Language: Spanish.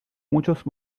muchos